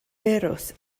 firws